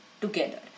together